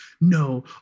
no